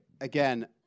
Again